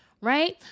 Right